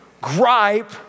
gripe